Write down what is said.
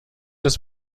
das